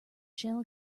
shell